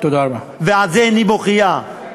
ועל זה עיני בוכייה,